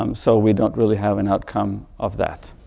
um so we don't really have an outcome of that.